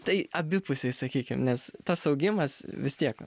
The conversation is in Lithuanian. tai abipusiai sakykim nes tas augimas vis tiek